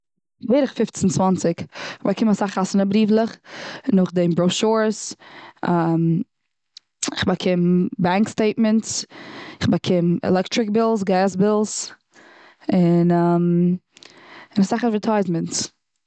בערך פופצן צוואנציג. כ'באקום אסאך חתונה בריוולעך, נאך דעם בראשורס, כ'באקום בענק סטעיטמענטס, כ'באקום עלעקטריק בילס, געז בילס. און און אסאך עדווערטייזמענטס.